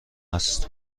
است